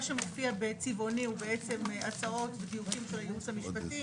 מה שמופיע בצבעוני הוא בעצם הצעות ודיוקים של הייעוץ המשפטי.